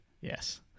Yes